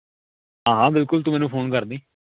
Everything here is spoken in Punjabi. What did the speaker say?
ਹਾਂ ਹਾਂ ਬਿਲਕੁਲ ਤੂੰ ਮੈਨੂੰ ਫੋਨ ਕਰਦੀ